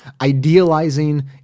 idealizing